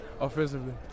offensively